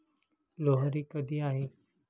लोहरी कधी आहे?